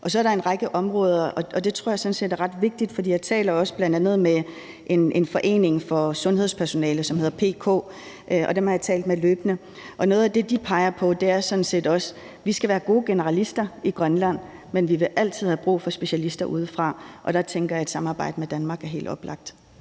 Så er der en række områder, hvor jeg sådan set tror det er ret vigtigt, for jeg har bl.a. også talt med en forening for sundhedspersonale, som hedder PPK, og dem har jeg talt med løbende, og noget af det, de peger på, er sådan set også, at vi skal være gode generalister i Grønland, men vi vil altid have brug for specialister udefra, og der tænker jeg, at et samarbejde med Danmark er helt oplagt.